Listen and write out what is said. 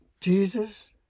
Jesus